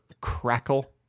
Crackle